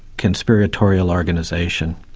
conspiratorial organisation.